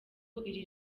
iri